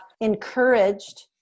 encouraged